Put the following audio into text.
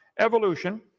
evolution